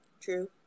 True